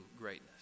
greatness